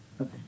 Okay